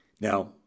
Now